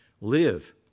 live